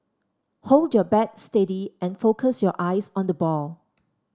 hold your bat steady and focus your eyes on the ball